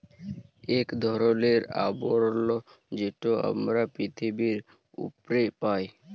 ইক ধরলের আবরল যেট আমরা পিথিবীর উপ্রে পাই